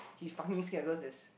he fucking scared cause there's